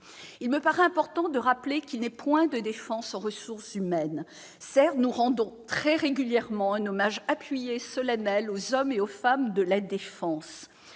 Il me paraît important de rappeler qu'il n'est point de défense sans ressources humaines. Certes, nous rendons très régulièrement un hommage appuyé et solennel aux hommes et aux femmes de la défense.